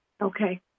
Okay